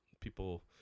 people